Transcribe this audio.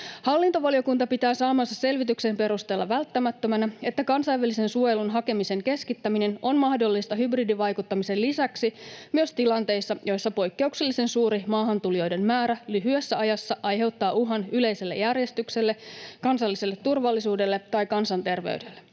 Hallintovaliokunta pitää saamansa selvityksen perusteella välttämättömänä, että kansainvälisen suojelun hakemisen keskittäminen on mahdollista hybridivaikuttamisen lisäksi myös tilanteissa, joissa poikkeuksellisen suuri maahantulijoiden määrä lyhyessä ajassa aiheuttaa uhan yleiselle järjestykselle, kansalliselle turvallisuudelle tai kansanterveydelle.